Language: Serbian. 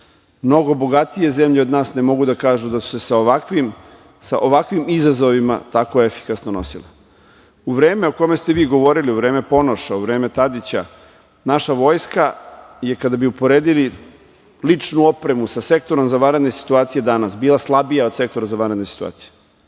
Mnogo bogatije zemlje od nas ne mogu da kažu da su se sa ovakvim izazovima tako efikasno nosile.U vreme o kome ste vi govorili, u vreme Ponoša, u vreme Tadića, naša vojska je kada bi uporedili ličnu opremu sa Sektorom za vanredne situacije danas, bila slabija od Sektora za vanredne situacije,